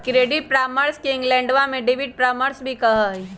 credit परामर्श के इंग्लैंडवा में डेबिट परामर्श भी कहा हई